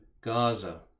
Gaza